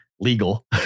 legal